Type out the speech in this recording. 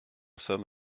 somme